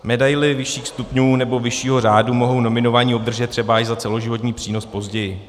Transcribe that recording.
Medaili vyšších stupňů nebo vyššího řádu mohou nominovaní obdržet třeba až za celoživotní přínos později.